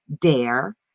dare